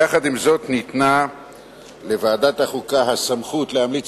יחד עם זאת ניתנה לוועדת החוקה הסמכות להמליץ